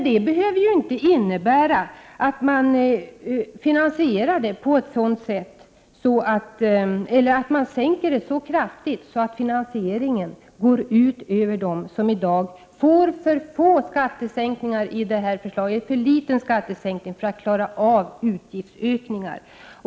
Det behöver ju inte innebära att skatten sänks så kraftigt att finansieringen går ut över dem som enligt dagens förslag får en alltför liten skattesänkning för att klara av utgiftsökningar.